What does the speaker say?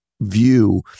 view